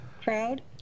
crowd